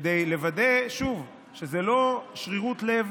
כדי לוודא, שוב, שזה לא שרירות לב